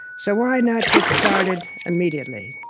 so why not get started immediately.